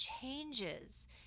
changes